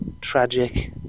tragic